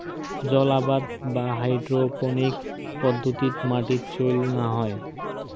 জলআবাদ বা হাইড্রোপোনিক্স পদ্ধতিত মাটির চইল না হয়